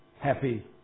happy